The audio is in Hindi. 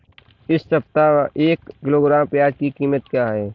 इस सप्ताह एक किलोग्राम प्याज की कीमत क्या है?